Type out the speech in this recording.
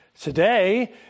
Today